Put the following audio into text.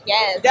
Yes